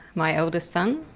my eldest son,